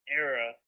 era